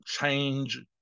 change